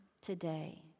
today